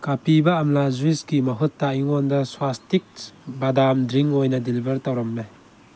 ꯀꯥꯄꯤꯕ ꯑꯝꯂꯥ ꯖꯨꯁꯀꯤ ꯃꯍꯨꯠꯇ ꯑꯩꯉꯣꯟꯗ ꯁ꯭ꯋꯥꯁꯇꯤꯛ ꯕꯗꯥꯝ ꯗ꯭ꯔꯤꯡꯛ ꯑꯣꯏꯅ ꯗꯤꯂꯤꯕꯔ ꯇꯧꯔꯝꯃꯦ